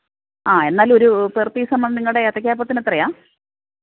ആ എന്നാലൊരു per piece ആവുമ്പോൾ നിങ്ങളുടെ ഏത്തക്കാ അപ്പത്തിന് എത്രയാണ്